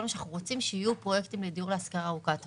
כל מה שאנחנו רוצים זה שיהיו פרויקטים לדיור להשכרה ארוכת טווח.